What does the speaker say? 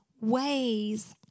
ways